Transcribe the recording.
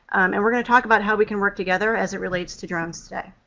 and we're going to talk about how we can work together as it relates to drones today.